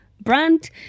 brand